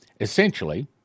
Essentially